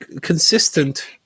consistent